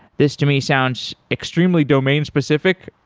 this to me sounds extremely domain specific.